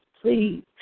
please